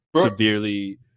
severely